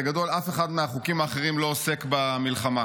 בגדול, אף אחד מהחוקים האחרים לא עוסק במלחמה.